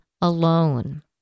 alone